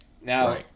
now